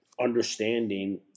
understanding